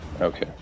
Okay